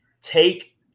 take